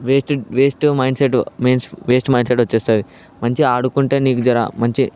waste వేస్ట్గా mind set means waste mind set వచ్చేస్తుంది మంచిగా ఆడుకుంటే నీకు జర మంచి